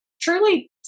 truly